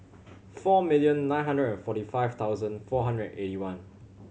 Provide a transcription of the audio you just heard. four million nine hundred and forty five thousand four hundred and eighty one